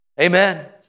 Amen